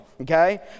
okay